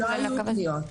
לא היו עוד פניות.